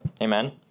Amen